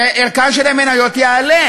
שערכן של המניות יעלה,